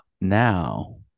now